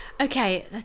Okay